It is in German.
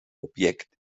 objekt